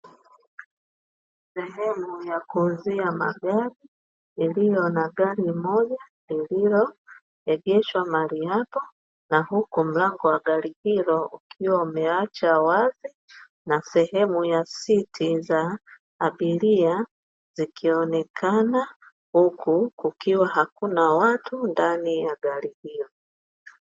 Sehemu ya kuuzia magari, yaliyo na gari moja lililoegeshwa mahali apo na huku mlango wa gari hilo ukiwa umeachwa wazi na sehemu za siti za abiria zikionekana huku kukiwa hakuna watu ndani ya gari hilo.